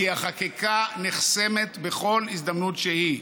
כי החקיקה נחסמת בכל הזדמנות שהיא,